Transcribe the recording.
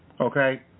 okay